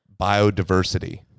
biodiversity